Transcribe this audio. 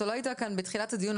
אתה לא היית כאן בתחילת הדיון.